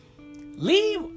leave